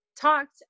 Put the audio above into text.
talked